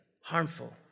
harmful